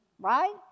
right